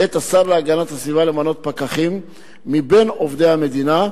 את השר להגנת הסביבה למנות פקחים מבין עובדי המדינה,